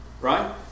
right